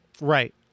Right